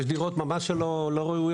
כן, יש דירות שממש לא ראויות.